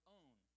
own